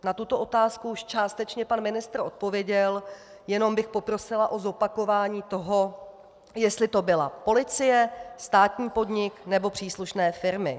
Na tuto otázku už částečně pan ministr odpověděl, jenom bych poprosila o zopakování toho, jestli to byla policie, státní podnik, nebo příslušné firmy.